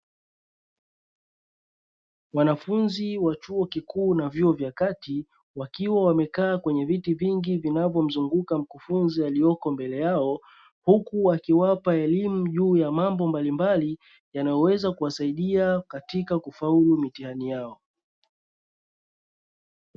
Wanafunzi wa vyuo vikuu na vyuo vya kati wakiwa wamekaa kwenye viti vinavyomzunguka mkufunzi aliyepo mbele yao, huku akiwapa elimu juu ya mambo mbalimbali yanayoweza kuwasaidia ktika kufaulu mitihani yao.